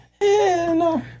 no